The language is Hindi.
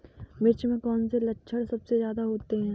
मिर्च में कौन से लक्षण सबसे ज्यादा होते हैं?